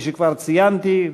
כפי שכבר ציינתי,